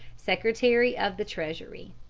secretary of the treasury.